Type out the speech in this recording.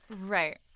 Right